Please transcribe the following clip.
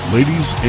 Ladies